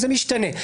זה משתנה.